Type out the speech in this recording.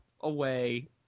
away